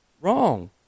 wrong